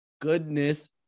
Goodness